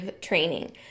training